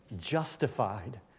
justified